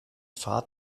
fahrt